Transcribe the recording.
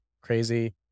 crazy